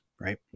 right